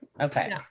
Okay